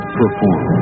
perform